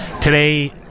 today